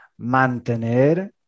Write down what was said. mantener